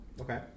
Okay